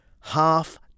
half